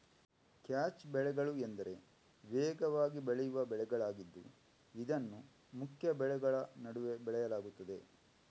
catch ಬೆಳೆಗಳು ಎಂದರೆ ವೇಗವಾಗಿ ಬೆಳೆಯುವ ಬೆಳೆಗಳಾಗಿದ್ದು ಇದನ್ನು ಮುಖ್ಯ ಬೆಳೆಗಳ ನಡುವೆ ಬೆಳೆಯಲಾಗುತ್ತದೆ